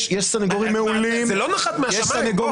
יש סנגורים מעולים.